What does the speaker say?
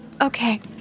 Okay